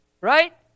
Right